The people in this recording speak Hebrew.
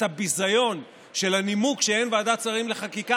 את הביזיון של הנימוק שאין ועדת שרים לחקיקה,